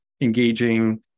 engaging